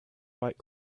fight